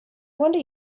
wonder